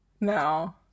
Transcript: no